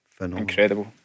incredible